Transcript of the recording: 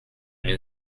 new